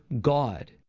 god